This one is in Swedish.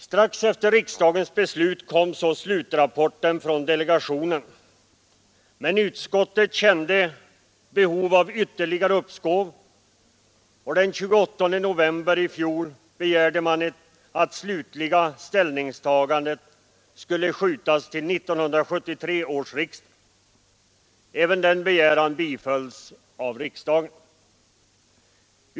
Strax efter riksdagens beslut kom slutrapporten från delegationen, men utskottet kände behov av ytterligare uppskov, och den 28 november i fjol begärde man att det slutliga ställningstagandet skulle skjutas till 1973 års riksdag. Även denna begäran bifölls av riksdagen.